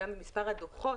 גם במספר הדוחות,